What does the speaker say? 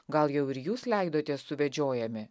gal jau ir jūs leidotės suvedžiojami